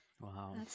Wow